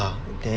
ya